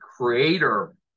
creator